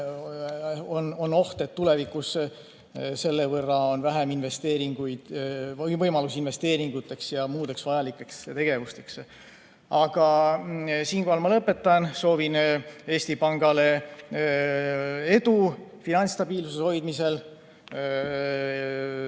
on oht, et tulevikus on selle võrra vähem võimalusi investeeringuteks ja muudeks vajalikeks tegevusteks. Siinkohal ma lõpetan. Soovin Eesti Pangale edu finantsstabiilsuse hoidmisel!